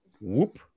whoop